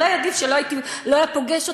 אולי עדיף שלא היה פוגש אותי,